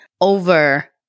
over